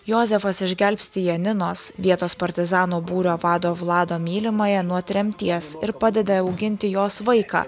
jozefas išgelbsti janinos vietos partizanų būrio vado vlado mylimąją nuo tremties ir padeda auginti jos vaiką